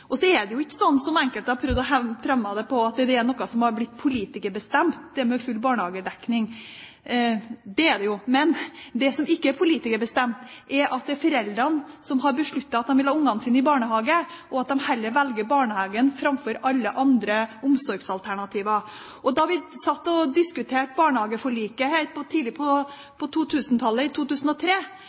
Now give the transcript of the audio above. Og så er det jo ikke slik, som enkelte har prøvd å hevde, at det med full barnehagedekning er noe som er blitt politikerbestemt – det er det jo! Men det som ikke er politikerbestemt, er at det er foreldrene som har besluttet at de vil ha barna sine i barnehage, og at de heller velger barnehagen framfor alle andre omsorgsalternativer. Da vi satt og diskuterte barnehageforliket tidlig på 2000-tallet, i 2003, hadde vi også noen tall for hvor mange barn man anså ville gå i